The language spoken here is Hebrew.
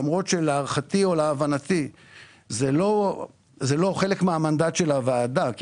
למרות שלהערכתי או להבנתי זה לא חלק מהמנדט של הוועדה כי